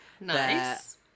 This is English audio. Nice